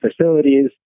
facilities